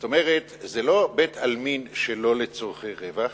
זאת אומרת, זה לא בית-עלמין שלא לצורכי רווח,